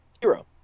hero